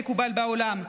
כמו שמקובל בעולם.